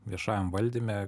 viešajam valdyme